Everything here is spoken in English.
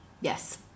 yes